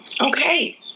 okay